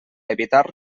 evitar